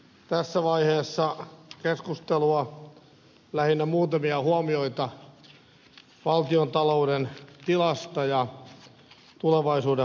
tässä vaiheessa keskustelua lähinnä muutamia huomioita valtiontalouden tilasta ja tulevaisuuden haasteista